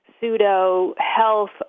pseudo-health